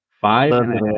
Five